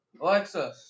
Alexa